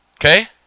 Okay